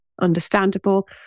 understandable